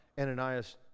Ananias